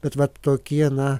bet vat tokie na